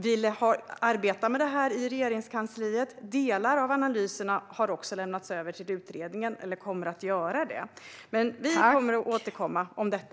Vi arbetar med detta i Regeringskansliet, och delar av analyserna har också lämnats över till utredningen eller kommer att lämnas över. Vi kommer att återkomma om detta.